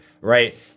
right